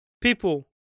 People